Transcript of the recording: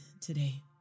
today